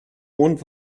mond